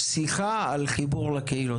שיחה על חיבור לקהילות.